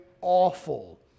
awful